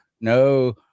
no